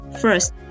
First